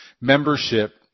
membership